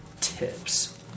tips